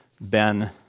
Ben